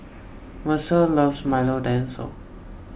Mercer loves Milo Dinosaur